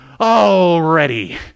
already